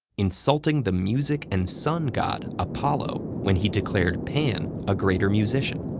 insulting the music and sun god apollo when he declared pan a greater musician.